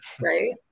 right